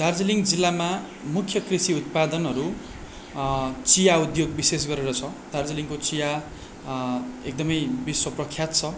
दार्जिलिङ जिल्लामा मुख्य कृषि उत्पादनहरू चिया उद्योग विशेष गरेर छ दार्जिलिङको चिया एकदम विश्व प्रख्यात छ